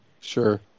Sure